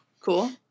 Cool